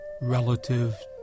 relative